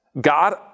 God